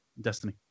Destiny